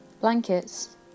Blankets